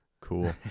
Cool